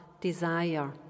desire